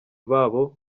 babo